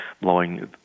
blowing